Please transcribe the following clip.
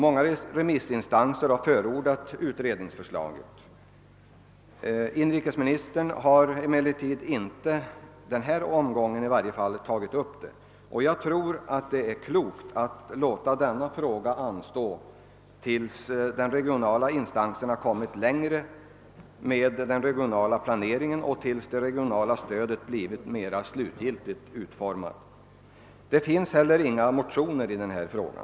Många remissinstanser har förordat utredningsförslaget, men inrikesministern har i varje fall i denna omgång inte tagit upp det. Jag tror att det är klokt att låta frågan anstå tills de regionala instanserna kommit längre med den regionala planetingen och tills det regionala stödet blivit mera slutgiltigt utformat. Det finns heller inga motioner i denna fråga.